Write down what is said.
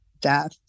death